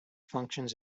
functions